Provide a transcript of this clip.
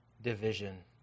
division